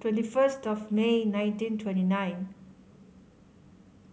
twenty first of May nineteen twenty nine